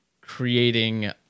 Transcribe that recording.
creating